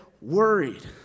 worried